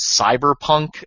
cyberpunk